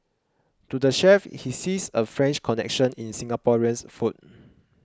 to the chef he sees a French connection in Singaporeans food